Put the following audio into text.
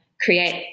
create